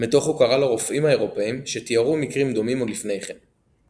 מתוך הוקרה לרופאים האירופאים שתיארו מקרים דומים עוד לפני כן.